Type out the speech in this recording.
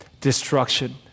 destruction